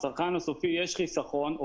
לצרכן הסופי יש חיסכון.